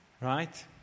Right